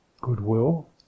goodwill